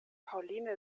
pauline